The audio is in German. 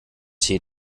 tee